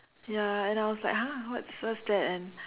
ya and I was like !huh! what's what's that and